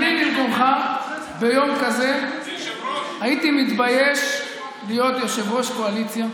אני במקומך ביום כזה הייתי מתבייש להיות יושב-ראש קואליציה,